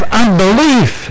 unbelief